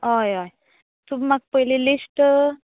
हय हय तुमी म्हाका पयली लिस्ट